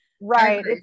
right